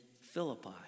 Philippi